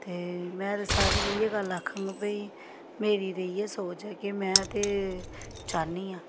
ते में ते सारें गी इ'यै गल्ल आखङ भाई मेरी ते इ'यै सोच ऐ कि में ते चाह्न्नी आं